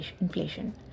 inflation